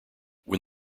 when